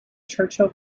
churchill